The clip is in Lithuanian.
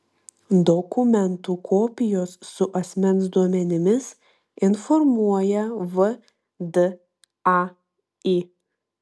dokumentų kopijos su asmens duomenimis informuoja vdai